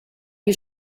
you